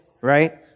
right